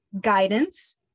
guidance